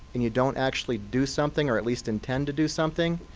and you don't actually do something or at least intend to do something,